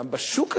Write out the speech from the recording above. גם בשוק הזה.